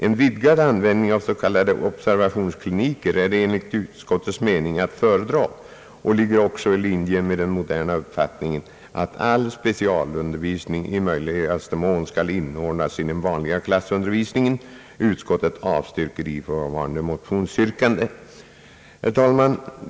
En vidgad användning av s.k. observationskliniker är enligt utskottets mening att föredra och ligger också i linje med den moderna uppfattningen att all specialundervisning i möjligaste mån skall inordnas i den vanliga klassundervisningen. Utskottet avstyrker ifrågavarande motionsyrkande.» Herr talman!